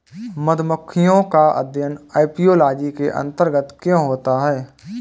मधुमक्खियों का अध्ययन एपियोलॉजी के अंतर्गत क्यों होता है?